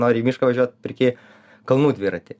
nori į mišką važiuot perki kalnų dviratį